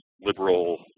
liberal